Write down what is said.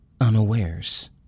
unawares